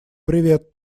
привет